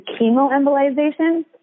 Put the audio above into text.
chemoembolization